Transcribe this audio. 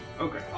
Okay